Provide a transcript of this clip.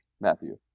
Matthew